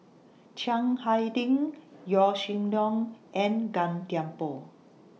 Chiang Hai Ding Yaw Shin Leong and Gan Thiam Poh